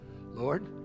Lord